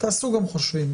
תעשו גם חושבים,